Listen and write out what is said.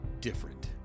different